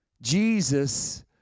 jesus